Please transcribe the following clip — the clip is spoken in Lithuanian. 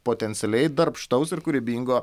potencialiai darbštaus ir kūrybingo